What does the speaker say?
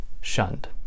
shunned